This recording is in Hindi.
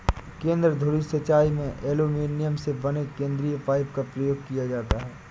केंद्र धुरी सिंचाई में एल्युमीनियम से बने केंद्रीय पाइप का प्रयोग किया जाता है